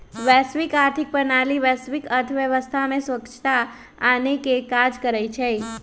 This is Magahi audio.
वैश्विक आर्थिक प्रणाली वैश्विक अर्थव्यवस्था में स्वछता आनेके काज करइ छइ